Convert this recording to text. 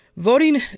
Voting